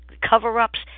cover-ups